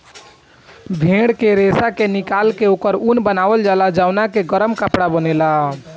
भेड़ के रेशा के निकाल के ओकर ऊन बनावल जाला जवना के गरम कपड़ा बनेला